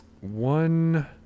one